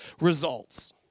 results